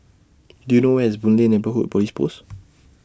Do YOU know Where IS Boon Lay Neighbourhood Police Post